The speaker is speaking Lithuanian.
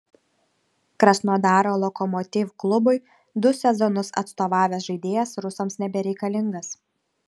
krasnodaro lokomotiv klubui du sezonus atstovavęs žaidėjas rusams nebereikalingas